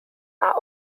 are